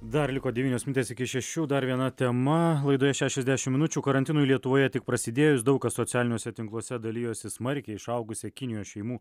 dar liko devynios minutės iki šešių dar viena tema laidoje šešiasdešimt minučių karantinui lietuvoje tik prasidėjus daug kas socialiniuose tinkluose dalijosi smarkiai išaugusia kinijos šeimų